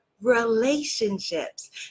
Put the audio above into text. relationships